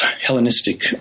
Hellenistic